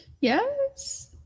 Yes